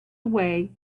away